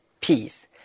peace